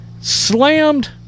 slammed